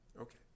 Okay